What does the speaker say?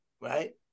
right